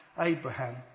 Abraham